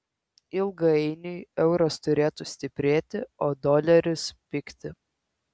ilgainiui euras turėtų stiprėti o doleris pigti